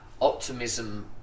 optimism